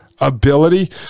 ability